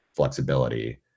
flexibility